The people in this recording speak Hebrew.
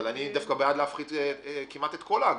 אבל אני בעד להפחית כמעט את כל האגרות.